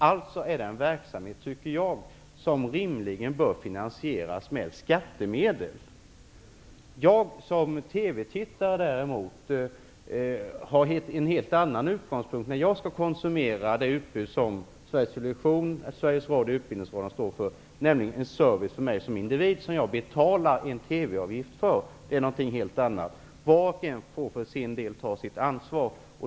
Alltså är det en verksamhet som rimligen bör finansieras med skattemedel. Som TV-tittare har jag däremot en helt annan utgångspunkt. När jag skall konsumera det utbud som Sveriges Television, Sveriges Radio och Utbildningsradion har, nämligen en service för mig som individ som jag betalar TV-avgift för, är det något helt annat. Var och en får för sin del ta sitt ansvar.